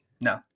No